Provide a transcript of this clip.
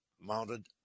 mounted